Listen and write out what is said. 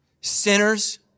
sinners